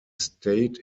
stayed